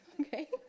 okay